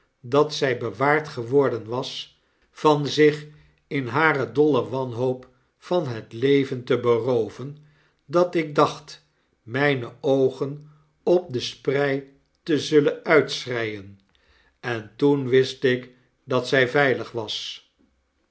dat zij bewaard geworden was van zich in hare dolle wanhoop van het leven te berooven dat ik dacht jnyne oogen op de sprei te zullen uitschreien en toen wist ik dat zy veilig was